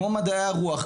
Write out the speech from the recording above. כמו מדעי הרוח,